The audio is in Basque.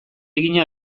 egina